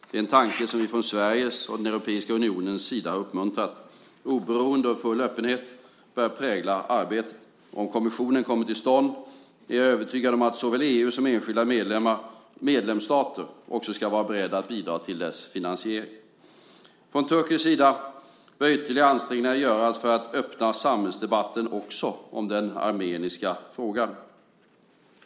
Det är en tanke som vi från Sveriges och den europeiska unionens sida har uppmuntrat. Oberoende och full öppenhet bör prägla arbetet. Om kommissionen kommer till stånd är jag övertygad om att såväl EU som enskilda medlemsstater också skulle vara beredda att bidra till dess finansiering. Från turkisk sida bör ytterligare ansträngningar göras för att öppna samhällsdebatten också om den armeniska frågan.